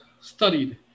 studied